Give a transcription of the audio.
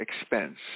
expense